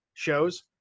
Shows